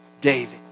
David